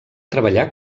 treballar